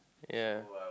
ya